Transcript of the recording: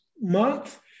month